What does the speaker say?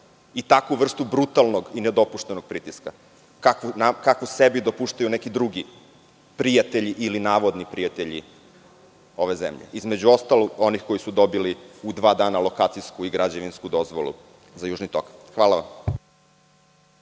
i takvu vrstu brutalnog i nedopuštenog pritiska kakvu sebi dopuštaju neki drugi, prijatelji ili navodni prijatelji ove zemlje, između ostalog, onih koji su dobili u dva dana lokacijsku i građevinsku dozvolu za Južni tok. Hvala vam.